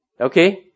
okay